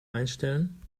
einstellen